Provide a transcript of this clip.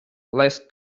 les